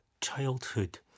childhood